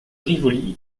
rivoli